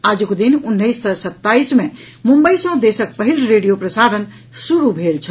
आजुक दिन उन्नैस सय सत्ताईस मे मुम्बई सँ देशक पहिल रेडियो प्रसारण शुरू भेल छल